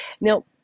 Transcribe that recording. Now